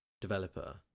developer